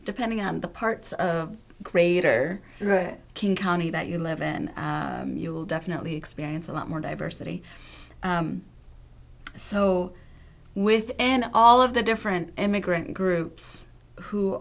depending on the parts of greater king county that you live in you will definitely experience a lot more diversity so within all of the different immigrant groups who